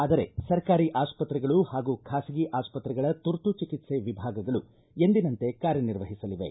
ಆದರೆ ಸರ್ಕಾರಿ ಆಸ್ಪತ್ರೆಗಳು ಹಾಗೂ ಖಾಸಗಿ ಆಸ್ಪತ್ರೆಗಳ ತುರ್ತು ಚಿಕಿತ್ಸೆ ವಿಭಾಗಗಳು ಎಂದಿನಂತೆ ಕಾರ್ಯ ನಿರ್ವಹಿಸಲಿವೆ